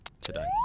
today